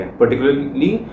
particularly